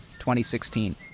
2016